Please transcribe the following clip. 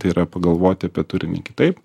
tai yra pagalvoti apie turinį kitaip